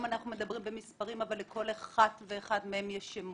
אנחנו מדברים במספרים אבל לכל אחת ואחד מהם יש שם